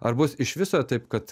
ar bus iš viso taip kad